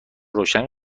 روشن